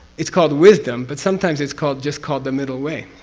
it's called wisdom, but sometimes it's called, just called the middle way.